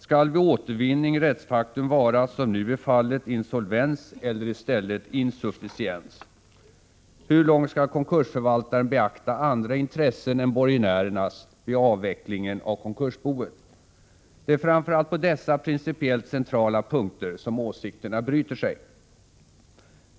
Skall vid återvinning rättsfaktum vara, såsom nu är fallet, insolvens eller i stället insufficiens? Hur långt skall konkursförvaltaren beakta andra intressen än borgenärernas vid avvecklingen av konkursboet? Det är framför allt på dessa principiellt centrala punkter som åsikterna bryter sig.